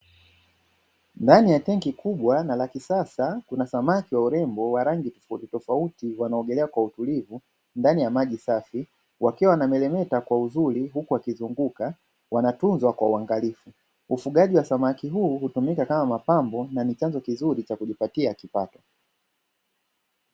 Ndani ye tenki kubwa na la kisasa kuna samaki wa urembo wa rangi tofauti tofauti wanaogelea kwa utulivu ndani ya maji safi wakiwa wanameremeta kwa uzuri huku wakizunguka. Wanatunzwa kwa uangalifu, ufugaji wa samaki huu hutumika kama mapambo na chanzo cha kujipatia kipato.